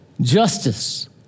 Justice